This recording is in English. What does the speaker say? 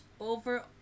over